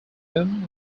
whom